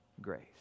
grace